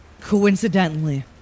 coincidentally